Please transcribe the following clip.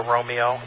Romeo